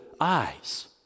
eyes